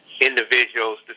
individuals